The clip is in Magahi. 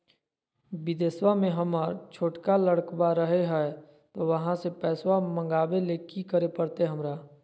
बिदेशवा में हमर छोटका लडकवा रहे हय तो वहाँ से पैसा मगाबे ले कि करे परते हमरा?